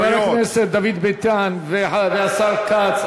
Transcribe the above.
חבר הכנסת דוד ביטן והשר כץ,